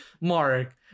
Mark